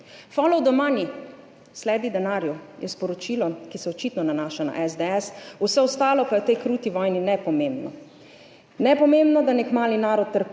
Follow the money, sledi denarju je sporočilo, ki se očitno nanaša na SDS, vse ostalo pa je v tej kruti vojni nepomembno. Nepomembno, da nek mali narod trpi,